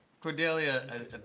Cordelia